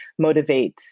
motivates